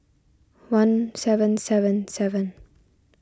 one seven seven seven